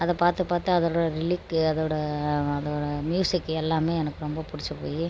அதை பார்த்து பார்த்து அதோட ரிலிக்கு அதோட அதோட மியூசிக்கு எல்லாமே எனக்கு ரொம்ப பிடிச்சி போய்